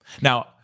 Now